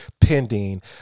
pending